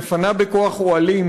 מפנה בכוח אוהלים,